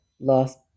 lost